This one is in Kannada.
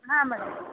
ಹಾಂ ಮೇಡಮ್